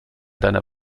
deiner